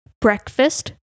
breakfast